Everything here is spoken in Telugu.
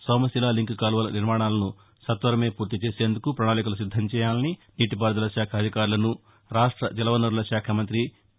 సోమశిల లింక్ కాలువల నిర్మాణాలను సత్వరమే పూర్తి చేసేందుకు ప్రణాళికలు సిద్దం చేయాలని నీటిపారుదల శాఖ అధికారులసు రాష్ట జలవనరుల శాఖ మంతి పి